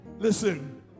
Listen